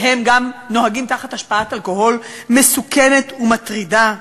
שהם גם נוהגים תחת השפעת אלכוהול מסוכנת ומטרידה?